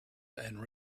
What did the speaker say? and